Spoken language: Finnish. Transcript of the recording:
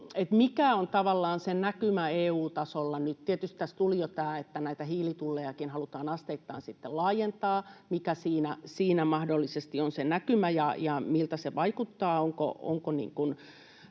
Mikä on tavallaan se näkymä EU-tasolla? Tietysti tässä tuli jo tämä, että näitä hiilitullejakin halutaan asteittain sitten laajentaa. Mikä siinä mahdollisesti on se näkymä, ja miltä se vaikuttaa? Onko